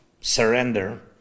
surrender